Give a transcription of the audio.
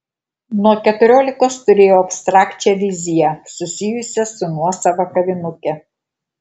nuo keturiolikos turėjau abstrakčią viziją susijusią su nuosava kavinuke